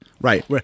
Right